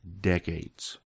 decades